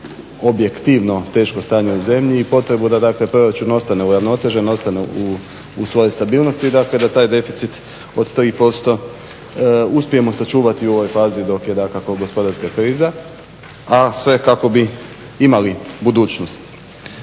objektivno teško stanje u zemlji i potrebu da proračun ostane uravnotežen, ostane u svojoj stabilnost, dakle da taj deficit od 3% uspijemo sačuvati u ovoj fazi dok je dakako gospodarska kriza, a sve kako bi imali budućnost.